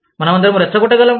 మనమందరం రెచ్చగొట్టగలం